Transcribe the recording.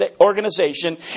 organization